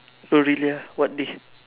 really ah what day